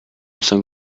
cinq